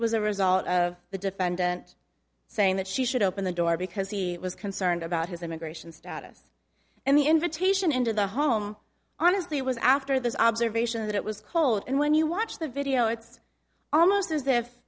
was a result of the defendant saying that she should open the door because he was concerned about his immigration status and the invitation into the home honestly it was after this observation that it was cold and when you watch the video it's almost as if